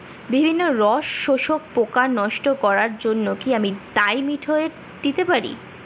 বিভিন্ন রস শোষক পোকা নষ্ট করার জন্য কি ডাইমিথোয়েট দিতে পারি?